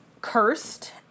cursed